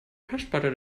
festplatte